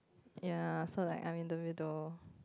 ya so like I'm in the middle